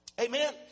Amen